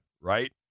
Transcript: right